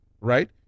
right